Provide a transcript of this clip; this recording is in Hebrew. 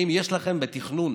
האם יש לכם בתכנון